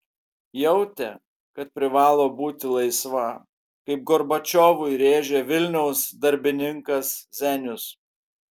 jautė kad privalo būti laisva kaip gorbačiovui rėžė vilniaus darbininkas zenius